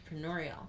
entrepreneurial